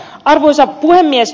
arvoisa puhemies